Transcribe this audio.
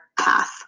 path